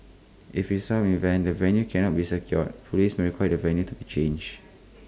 if A some events the venue cannot be secured Police may require the venue to be changed